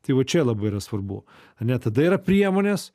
tai va čia labai yra svarbu ar ne tada yra priemonės